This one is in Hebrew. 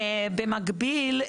במקביל,